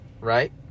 right